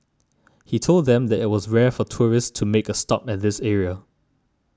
he told them that it was rare for tourists to make a stop at this area